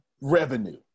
revenue